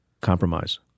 compromise